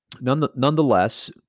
nonetheless